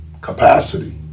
capacity